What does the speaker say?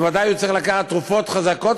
אז בוודאי הוא צריך לקחת תרופות חזקות